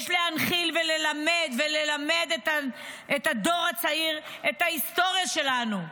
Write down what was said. יש להנחיל וללמד את הדור הצעיר את ההיסטוריה שלנו.